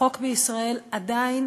החוק בישראל עדיין